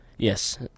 Yes